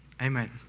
Amen